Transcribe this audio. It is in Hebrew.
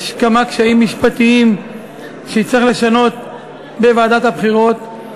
שיש כמה קשיים משפטיים שבגללם נצטרך לשנות בוועדת הבחירות,